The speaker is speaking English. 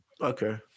Okay